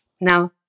Now